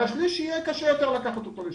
והשליש שיהיה קשה יותר לקחת אותו לשם.